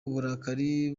uburakari